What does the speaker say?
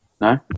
No